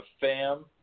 fam